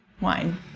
Wine